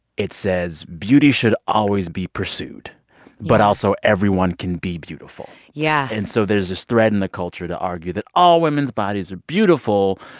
it says beauty should always be pursued yeah but also, everyone can be beautiful yeah and so there's this thread in the culture to argue that all women's bodies are beautiful,